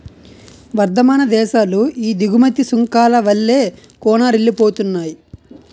వర్థమాన దేశాలు ఈ దిగుమతి సుంకాల వల్లే కూనారిల్లిపోతున్నాయి